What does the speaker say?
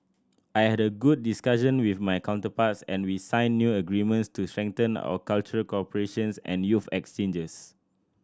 I had a good discussion with my counterparts and we signed new agreements to strengthen our cultural cooperations and youth exchanges